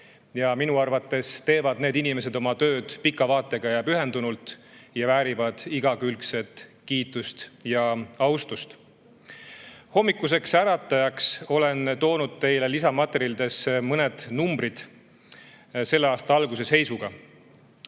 Minu arvates teevad need inimesed oma tööd pika vaatega ja pühendunult ning väärivad igati kiitust ja austust. Hommikuseks äratajaks olen toonud teile lisamaterjalides mõned numbrid selle aasta alguse seisuga.